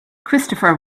christopher